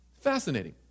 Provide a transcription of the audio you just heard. Fascinating